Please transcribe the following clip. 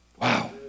Wow